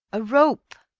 a rope,